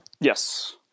Yes